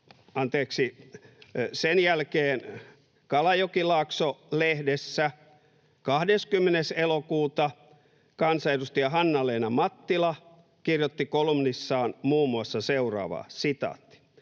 totta. Sen jälkeen Kalajokilaakso-lehdessä 20. elokuuta kansanedustaja Hanna-Leena Mattila kirjoitti kolumnissaan muun muassa seuraavaa: ”Jotta